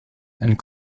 and